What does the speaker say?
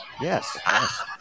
yes